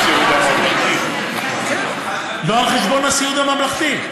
לא על חשבון הסיעוד הממלכתי.